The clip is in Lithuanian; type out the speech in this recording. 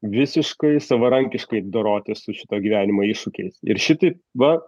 visiškai savarankiškai dorotis su šito gyvenimo iššūkiais ir šitaip va